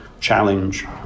challenge